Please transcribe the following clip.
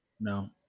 No